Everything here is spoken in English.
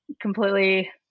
completely